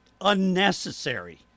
unnecessary